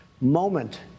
moment